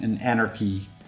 anarchy